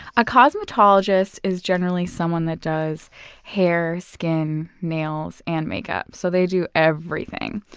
a cosmetologist is generally someone that does hair, skin, nails and makeup. so they do everything.